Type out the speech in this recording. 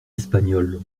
espagnoles